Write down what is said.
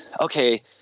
okay